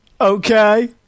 Okay